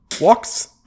walks